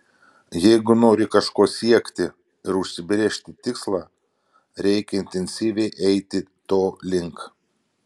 jeigu nori kažko siekti ir užsibrėžti tikslą reikia intensyviai eiti to link